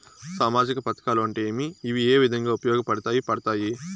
సామాజిక పథకాలు అంటే ఏమి? ఇవి ఏ విధంగా ఉపయోగపడతాయి పడతాయి?